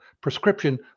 prescription